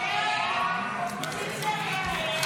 הסתייגות 35 לחלופין ב לא